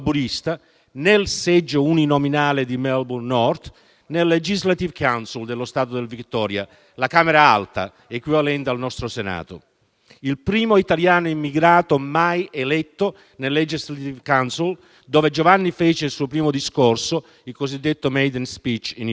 nel seggio uninominale di Melbourne North, nel Legislative Council dello Stato del Victoria, la Camera Alta, equivalente al nostro Senato; il primo italiano immigrato mai eletto nel Legislative Council, dove Giovanni fece il suo primo discorso, il cosiddetto *maiden speech*, in italiano.